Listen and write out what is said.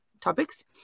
topics